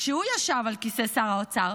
כשהוא ישב על כיסא שר האוצר,